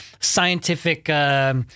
scientific